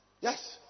yes